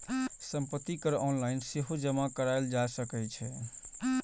संपत्ति कर ऑनलाइन सेहो जमा कराएल जा सकै छै